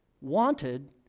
wanted